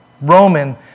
Roman